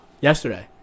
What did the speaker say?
Yesterday